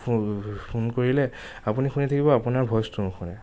phone phone কৰিলে আপুনি শুনি থাকিব আপোনাৰ ভয়চটো নুুশুনে